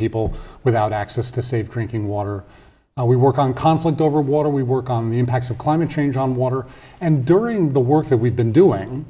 people without access to safe drinking water we work on conflict over water we work on the impacts of climate change on water and during the work that we've been doing